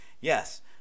yes